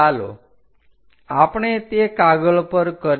ચાલો આપણે તે કાગળ પર કરીએ